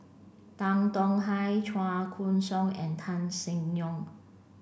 Tan Tong Hye Chua Koon Siong and Tan Seng Yong